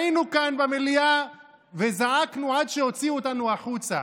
היינו כאן במליאה וזעקנו עד שהוציאו אותנו החוצה,